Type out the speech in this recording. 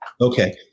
Okay